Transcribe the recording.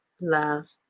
love